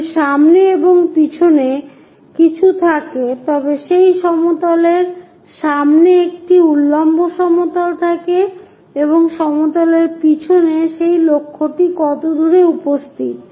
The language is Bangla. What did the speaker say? যদি সামনে এবং পিছনে কিছু থাকে তবে সেই সমতলের সামনে একটি উল্লম্ব সমতল থাকে এবং সমতলের পিছনে সেই লক্ষ্যটি কতদূর উপস্থিত